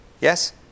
Yes